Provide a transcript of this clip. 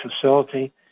facility